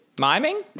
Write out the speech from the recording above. miming